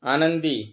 आनंदी